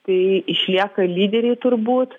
tai išlieka lyderiai turbūt